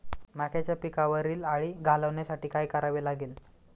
मक्याच्या पिकावरील अळी घालवण्यासाठी काय करावे लागेल?